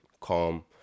calm